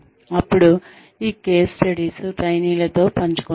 అప్పుడు ఈ case studies ట్రైనీలతో పంచుకుంటారు